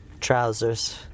trousers